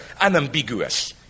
unambiguous